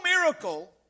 miracle